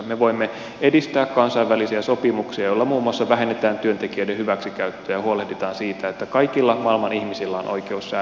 me voimme edistää kansainvälisiä sopimuksia joilla muun muassa vähennetään työntekijöiden hyväksikäyttöä ja huolehditaan siitä että kaikilla maailman ihmisillä on oikeus säälliseen elämään